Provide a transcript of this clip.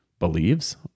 Believes